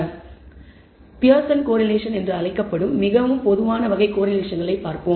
எனவே பியர்சன் கோரிலேஷன்Pearson's correlation என்று அழைக்கப்படும் மிகவும் பொதுவான வகை கோரிலேஷன்களைப் பார்ப்போம்